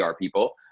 people